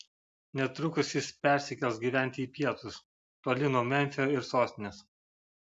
netrukus jis persikels gyventi į pietus toli nuo memfio ir sostinės